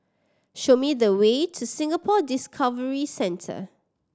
show me the way to Singapore Discovery Centre